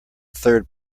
third